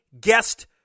guest